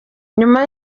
nyuma